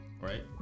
right